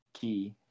key